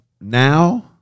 now